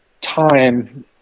time